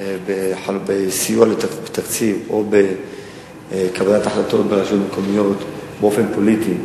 בסיוע לתקציב או בקבלת החלטות ברשויות המקומיות באופן פוליטי.